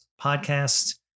Podcasts